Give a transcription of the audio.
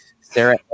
Sarah